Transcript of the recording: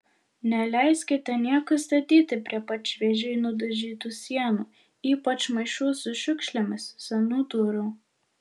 neleiskite nieko statyti prie pat šviežiai nudažytų sienų ypač maišų su šiukšlėmis senų durų